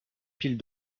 piles